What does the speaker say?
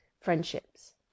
friendships